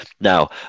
now